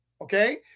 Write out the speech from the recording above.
okay